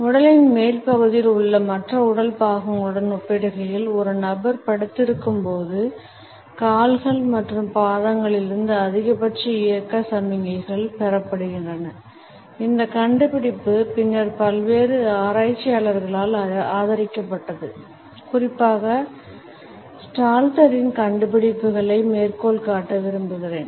உடலின் மேல் பகுதியில் உள்ள மற்ற உடல் பாகங்களுடன் ஒப்பிடுகையில் ஒரு நபர் படுத்திருக்கும்போது கால்கள் மற்றும் பாதங்களிலிருந்து அதிகபட்ச இயக்க சமிக்ஞைகள் பெறப்படுகின்றன இந்த கண்டுபிடிப்பு பின்னர் பல்வேறு ஆராய்ச்சியாளர்களால் ஆதரிக்கப்பட்டது குறிப்பாக ஸ்டால்டரின் கண்டுபிடிப்புகளை மேற்கோள் காட்ட விரும்புகிறேன்